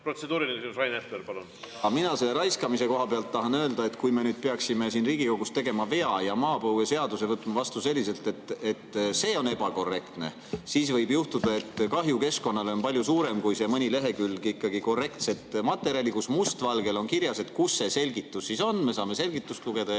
mina selle [reostamise] koha pealt tahan öelda, et kui me nüüd peaksime siin Riigikogus tegema vea ja maapõueseaduse võtma vastu selliselt, et see on ebakorrektne, siis võib juhtuda, et kahju keskkonnale on palju suurem kui see mõni lehekülg korrektset materjali, kus on must valgel kirjas, kus see selgitus siis on, me saame selgitust lugeda ja